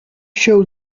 show